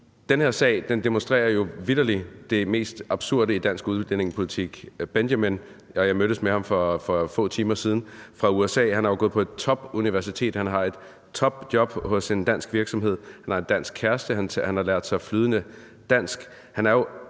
den her sag demonstrerer jo vitterlig det mest absurde i dansk udlændingepolitik. Benjamin fra USA – jeg mødtes med ham for få timer siden – har jo gået på et topuniversitet, han har et topjob på en dansk virksomhed, han har en dansk kæreste, og han har lært sig flydende dansk.